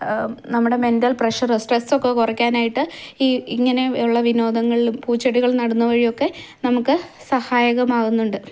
നമ്മുടെ mental pressure സ്ട്രെസ്സൊക്കെ കുറയ്ക്കാനായിട്ട് ഈ ഇങ്ങനെയുള്ള വിനോദങ്ങളിലും പൂച്ചെടികൾ നടുന്ന വഴിയൊക്കെ നമുക്ക് സഹായകമാവുന്നുണ്ട്